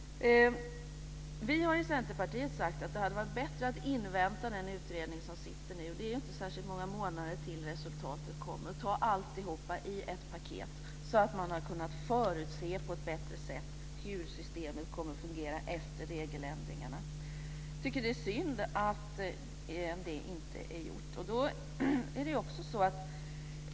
Vi har i Centerpartiet sagt att det hade varit bättre att invänta sittande utredning. Det är ju inte särskilt många månader tills resultatet kommer. Då hade man kunnat ta alltihop i ett paket så att man på ett bättre sätt hade kunnat förutse hur systemet kommer att fungera efter regeländringarna. Jag tycker att det är synd att det inte är gjort.